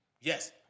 Yes